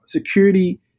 Security